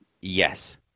yes